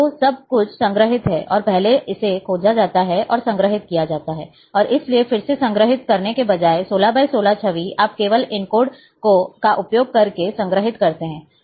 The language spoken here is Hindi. तो सब कुछ संग्रहीत है और पहले इसे खोजा जाता है और संग्रहीत किया जाता है और इसलिए फिर से संग्रहीत करने के बजाय 16 × 16 छवि आप केवल इन कोड का उपयोग करके संग्रहीत करते हैं